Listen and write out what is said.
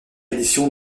édition